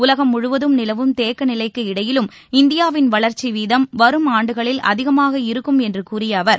உலகம் முழுவதும் நிலவும் தேக்கநிலைக்கு இடையிலும் இந்தியாவின் வளர்ச்சி வீதம் வரும் ஆண்டுகளில் அதிகமாக இருக்கும் என்று கூறிய அவர்